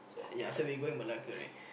ya so they going Malacca right